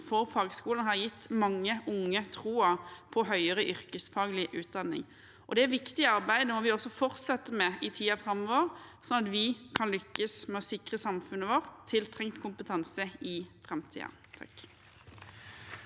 for fagskolene har gitt mange unge troen på høyere yrkesfaglig utdanning. Det viktige arbeidet må vi også fortsette med i tiden framover, slik at vi kan lykkes med å sikre samfunnet tiltrengt kompetanse i framtiden.